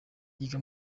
yiga